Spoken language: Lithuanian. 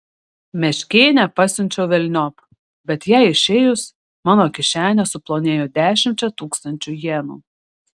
meškėnę pasiunčiau velniop bet jai išėjus mano kišenė suplonėjo dešimčia tūkstančių jenų